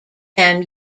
them